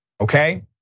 okay